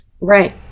Right